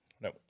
No